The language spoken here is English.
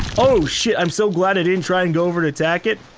oh shit, i'm so glad i didn't try and go over and attack it